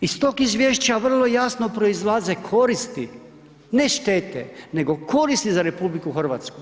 Iz tog izvješća vrlo jasno proizlaze koristi, ne štete, nego koristi za RH.